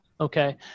okay